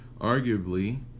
Arguably